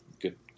good